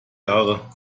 jahre